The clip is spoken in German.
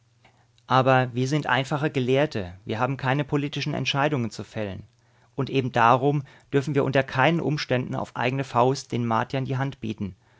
aber wir sind einfache gelehrte wir haben keine politischen entscheidungen zu fällen und eben darum dürfen wir unter keinen umständen auf eigene faust den martiern die hand bieten